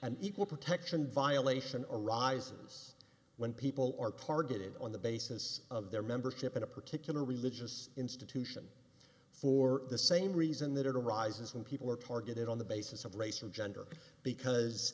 an equal protection violation or arises when people are targeted on the basis of their membership in a particular religious institution for the same reason that it arises when people are targeted on the basis of race or gender because